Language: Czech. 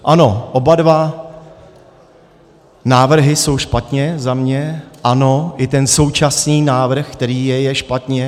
Ano, oba dva návrhy jsou špatně, za mě, ano, i ten současný návrh, který je, je špatně.